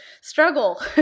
struggle